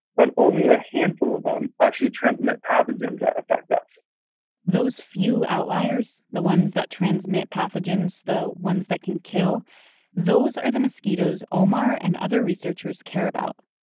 but only a handful of them actually transmit pathogens that affect us those few outliers the ones that transmit pathogens, the ones that can kill those are the mosquitoes omar and other researchers care about.